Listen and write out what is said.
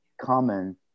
common